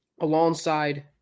alongside